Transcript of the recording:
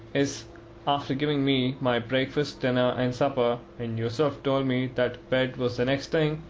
is after giving me my breakfast, dinner, and supper, and yourself told me that bed was the next thing.